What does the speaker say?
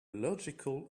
illogical